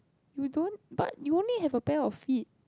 you don't but you only have a pair of feet